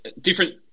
Different